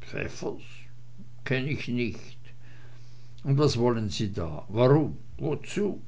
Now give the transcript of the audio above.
pfäffers kenn ich nicht und was wollen sie da warum wozu